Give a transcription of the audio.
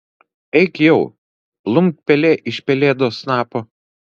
eik jau plumpt pelė iš pelėdos snapo